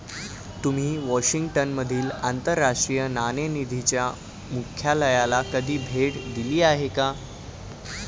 तुम्ही वॉशिंग्टन मधील आंतरराष्ट्रीय नाणेनिधीच्या मुख्यालयाला कधी भेट दिली आहे का?